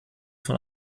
von